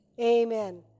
Amen